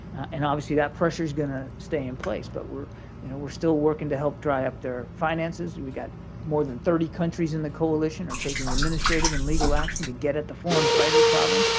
and obviously, that pressure is going to stay in place. but we're you know we're still working to help dry up their finances. we've got more than thirty countries in the coalition are taking administrative and legal action to get at the foreign fighter problem,